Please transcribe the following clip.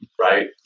right